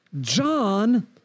John